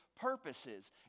purposes